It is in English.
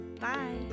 Bye